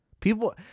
People